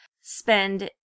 spend